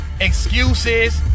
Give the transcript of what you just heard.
excuses